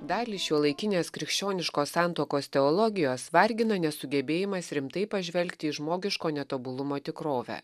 dalį šiuolaikinės krikščioniškos santuokos teologijos vargino nesugebėjimas rimtai pažvelgti į žmogiško netobulumo tikrovę